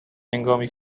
هنگامی